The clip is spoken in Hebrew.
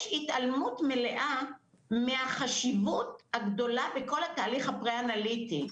יש התעלמות מלאה מהחשיבות הגדולה בכל התהליך הפרה אנליטי.